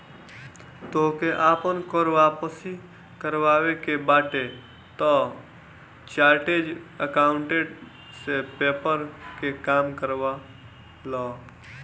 तोहके आपन कर वापसी करवावे के बाटे तअ चार्टेड अकाउंटेंट से पेपर के काम करवा लअ